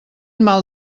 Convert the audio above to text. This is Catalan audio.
mal